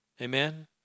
Amen